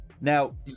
Now